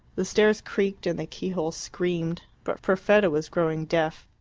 the stairs creaked and the key-hole screamed but perfetta was growing deaf.